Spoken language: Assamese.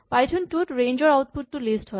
পাইথন টু ত ৰেঞ্জ ৰ আউটপুট টো লিষ্ট হয়